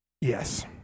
Yes